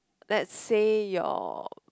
let's say your